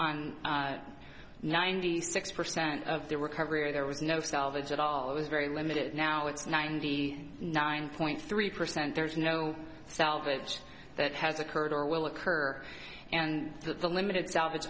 on ninety six percent of the recovery there was no salvage at all it was very limited now it's ninety nine point three percent there is no salvage that has occurred or will occur and the limited salvage